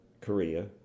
Korea